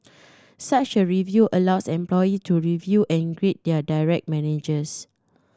such a review allows employee to review and grade their direct managers